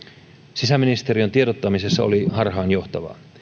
sisäministeriön tiedottamisessa oli harhaanjohtavaa